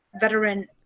veteran